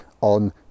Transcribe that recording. on